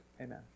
amen